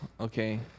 Okay